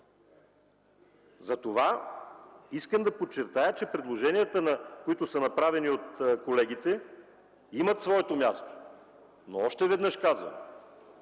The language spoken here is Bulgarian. Искам да подчертая, че предложенията, които са направени от колегите, имат своето място. Още веднъж казвам: